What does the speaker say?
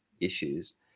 issues